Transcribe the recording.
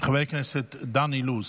דן אילוז,